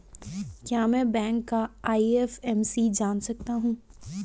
क्या मैं बैंक का आई.एफ.एम.सी जान सकता हूँ?